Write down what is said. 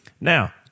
Now